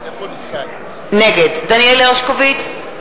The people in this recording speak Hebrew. נגד דניאל הרשקוביץ,